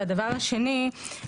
דבר שני,